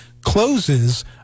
closes